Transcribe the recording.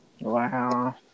Wow